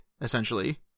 essentially